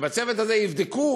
שבצוות הזה יבדקו,